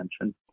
attention